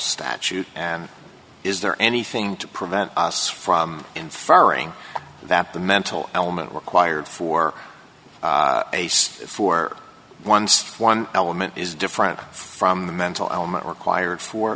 statute is there anything to prevent us from inferring that the mental element required for ace for once one element is different from the mental element required for